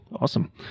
Awesome